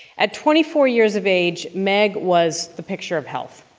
at twenty four years of age, meg was the picture of health.